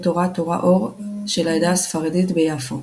תורה "תורה אור" של העדה הספרדית ביפו.